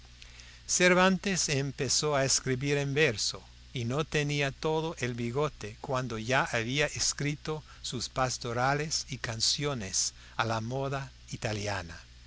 cervantes empezó a escribir en verso y no tenía todo el bigote cuando ya había escrito sus pastorales y canciones a la moda italiana